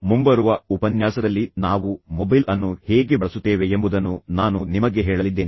ಬರುವ ಉಪನ್ಯಾಸದಲ್ಲಿ ನಾವು ಮೊಬೈಲ್ ಅನ್ನು ಹೇಗೆ ಬಳಸುತ್ತೇವೆ ಎಂಬುದನ್ನು ನಾನು ನಿಮಗೆ ಹೇಳಲಿದ್ದೇನೆ